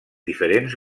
diferents